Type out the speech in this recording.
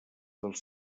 dels